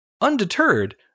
Undeterred